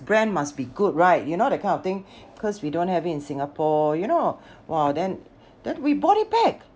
brand must be good right you know that kind of thing because we don't have it in Singapore you know !wah! then then we bought it back